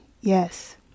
Yes